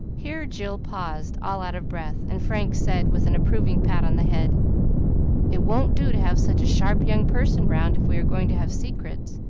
here jill paused, all out of breath, and frank said, with an approving pat on the head it won't do to have such a sharp young person round if we are going to have secrets.